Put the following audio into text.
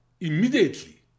Immediately